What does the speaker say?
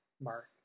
mark